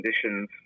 conditions